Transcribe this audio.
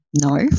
No